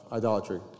idolatry